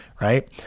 Right